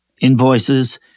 invoices